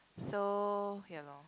so yaloh